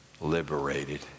liberated